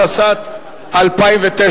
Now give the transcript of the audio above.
התשס"ט 2009,